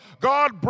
God